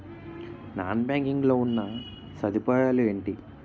Non banking లో ఉన్నా సదుపాయాలు ఎంటి?